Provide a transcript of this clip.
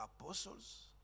apostles